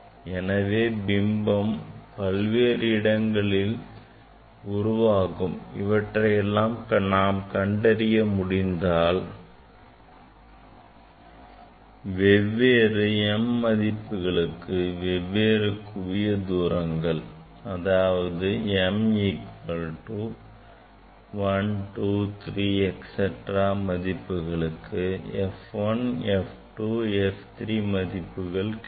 எனவே பிம்பம் பல்வேறு இடங்களில் உருவாகும் அவற்றையெல்லாம் நாம் கண்டறிய முடிந்தால் வெவ்வேறு m மதிப்புகளுக்கு வெவ்வேறு குவிய தூரங்கள் அதாவது m equal to 1 2 3 etcetera மதிப்புகளுக்கு f 1 f 2 f 3 மதிப்புகள் கிடைக்கும்